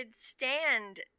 stand